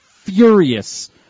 furious